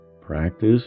practice